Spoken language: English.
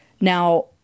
Now